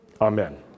Amen